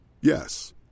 Yes